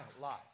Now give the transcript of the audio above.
life